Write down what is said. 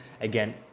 Again